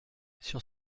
sur